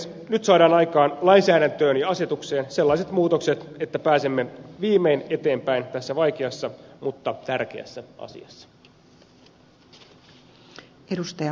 nyt saadaan aikaan lainsäädäntöön ja asetukseen sellaiset muutokset että pääsemme viimein eteenpäin tässä vaikeassa mutta tärkeässä asiassa